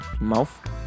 mouth